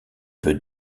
peut